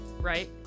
right